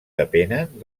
depenen